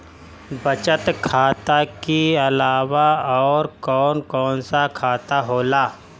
बचत खाता कि अलावा और कौन कौन सा खाता होला?